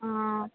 हँ